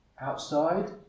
outside